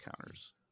counters